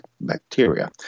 bacteria